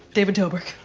david dobrik.